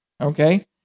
Okay